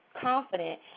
confident